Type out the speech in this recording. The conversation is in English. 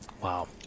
Wow